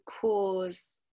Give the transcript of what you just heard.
cause